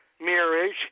marriage